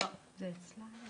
למעשה מה שאת אומרת